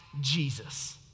Jesus